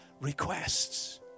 requests